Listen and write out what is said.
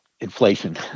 inflation